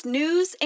news